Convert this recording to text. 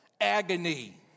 agony